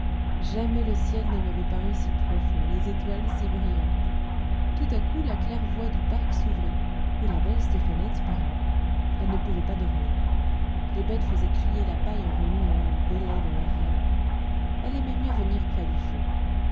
jamais le ciel ne m'avait paru si profond les étoiles si brillantes tout à coup la claire-voie du parc s'ouvrit et la belle stéphanette parut elle ne pouvait pas dormir les bêtes faisaient crier la paille en remuant ou bêlaient dans leurs rêves elle aimait mieux venir près du feu